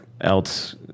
else